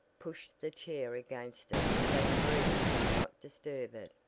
pushed the chair against it so the breeze might not disturb it,